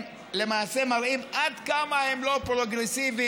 הם למעשה מראים עד כמה הם לא פרוגרסיביים